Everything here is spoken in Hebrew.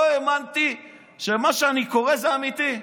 לא האמנתי שמה שאני קורא זה אמיתי.